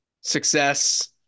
success